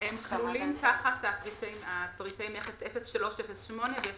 הם כלולים תחת פרטי מכס 0308 ויהיו